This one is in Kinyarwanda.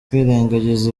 kwirengagiza